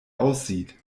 aussieht